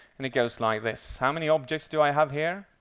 and it goes like this. how many objects do i have here?